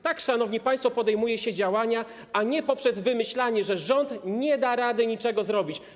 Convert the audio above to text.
Tak, szanowni państwo, podejmuje się działania, a nie wymyśla się, że rząd nie da rady niczego zrobić.